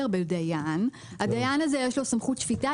הדיין הזה יש לו סמכות שפיטה,